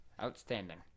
Outstanding